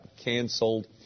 canceled